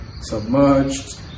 submerged